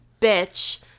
bitch